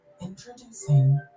Introducing